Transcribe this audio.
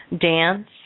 dance